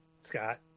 Scott